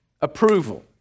approval